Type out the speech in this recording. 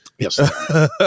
Yes